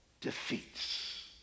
defeats